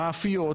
מאפיות,